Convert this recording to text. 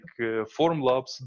Formlabs